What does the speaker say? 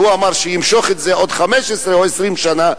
הוא אמר שימשוך את זה עוד 15 או 20 שנה,